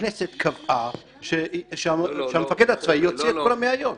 שהכנסת קבעה שהמפקד הצבאי יוציא את כולם מאיו"ש.